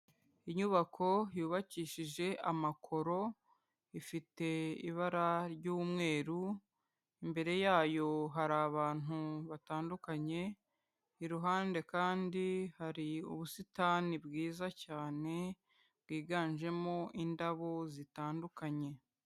Inyubako yubakishije amakoro, ifite ibara ry'umweru, imbere yayo hari abantu batandukanye, iruhande kandi hari ubusitani bwiza cyane bwiganjemo indabo zitandukanye.